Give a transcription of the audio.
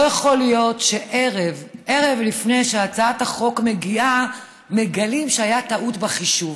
לא יכול להיות שערב לפני שהצעת החוק מגיעה מגלים שהייתה טעות בחישוב.